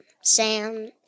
Sam